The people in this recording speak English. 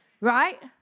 Right